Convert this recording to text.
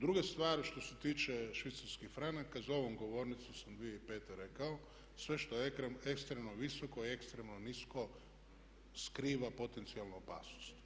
Druga stvar što se tiče švicarskih franaka za ovom govornicom sam 2005. rekao sve što je ekstremno visoko i ekstremno nisko skriva potencijalnu opasnost.